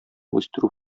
үстерү